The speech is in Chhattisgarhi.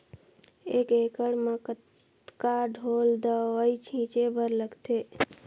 एक एकड़ म कतका ढोल दवई छीचे बर लगथे?